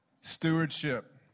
Stewardship